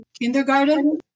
kindergarten